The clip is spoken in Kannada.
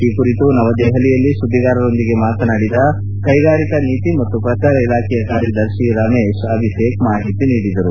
ಈ ಕುರಿತು ನವದೆಪಲಿಯಲ್ಲಿ ಸುದ್ದಿಗಾರರೊಂದಿಗೆ ಮಾತನಾಡಿದ ಕೈಗಾರಿಕಾ ನೀತಿ ಮತ್ತು ಪ್ರಚಾರ ಇಲಾಖೆಯ ಕಾರ್ಯದರ್ಶಿ ರಮೇಶ್ ಅಭಿಷೇಕ್ ಮಾಹಿತಿ ನೀಡಿದ್ದಾರೆ